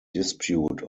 dispute